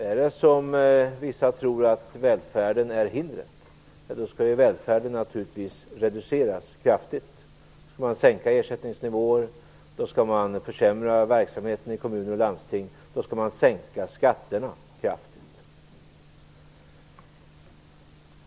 Är det som vissa tror, att välfärden är hindret, ja, då skall den naturligtvis reduceras kraftigt. Då skall man sänka ersättningsnivåer, försämra verksamheten i kommuner och landsting och sänka skatterna.